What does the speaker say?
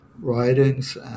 writings